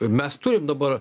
mes turim dabar